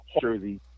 jersey